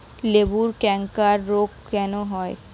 লেবুর ক্যাংকার রোগ কেন হয়?